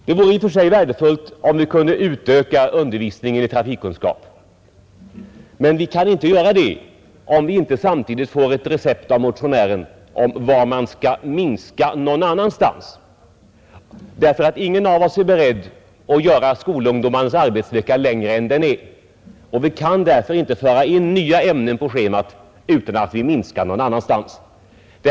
Det vore i och för sig värdefullt om vi kunde öka ut undervisningen i trafikkunskap, men vi kan inte göra det, om vi inte samtidigt får ett recept från motionären var vi skall minska på andra håll på schemat. Ingen av oss är beredd att göra skolungdomarnas arbetsvecka längre än den nu är, och därför kan vi inte föra in nya ämnen på skolschemat utan att minska på något annat håll.